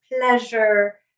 pleasure